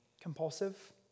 Compulsive